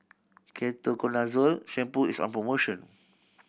Ketoconazole Shampoo is on promotion